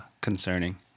concerning